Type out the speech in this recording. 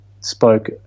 spoke